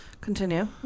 continue